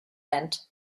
end